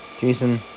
Jason